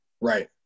Right